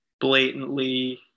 blatantly